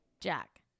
Jack